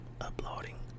uploading